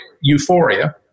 euphoria